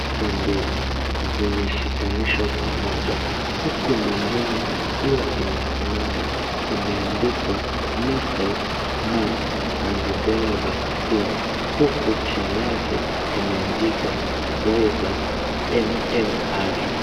Ni mbili zimeshikanishwa pamoja huku nyingine ikiwa imesimama imeandikwa Measles, Mumps and Rubella vaccine huku chini yake imeandikwa zyvag MMR.